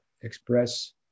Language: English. express